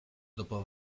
dopo